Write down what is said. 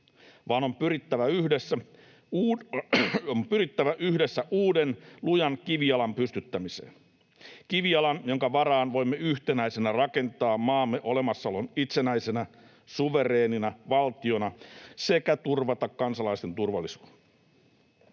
vaan on pyrittävä yhdessä uuden, lujan kivijalan pystyttämiseen, kivijalan, jonka varaan voimme rakentaa maamme olemassaolon yhtenäisenä, itsenäisenä, suvereenina valtiona, ja jonka varassa voimme turvata kansalaisten turvallisuuden.